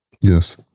Yes